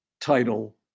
title